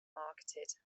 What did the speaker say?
marketed